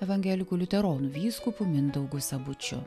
evangelikų liuteronų vyskupu mindaugu sabučiu